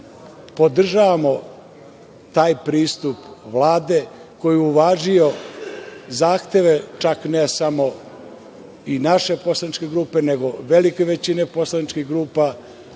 podržavamo taj pristup Vlade koji je uvažio zahteve, čak ne samo i naše poslaničke grupe, nego velike većine poslaničkih grupa